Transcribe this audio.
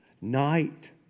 night